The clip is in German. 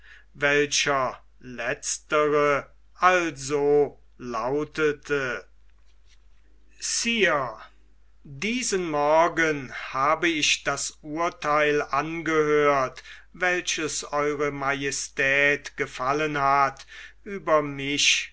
welcher letztere also lautete sire diesen morgen habe ich das urtheil angehört welches ew majestät gefallen hat über mich